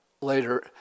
later